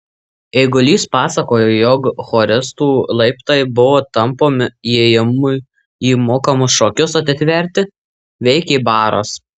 eigulys pasakojo jog choristų laiptai buvo tampomi įėjimui į mokamus šokius atitverti veikė baras